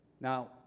now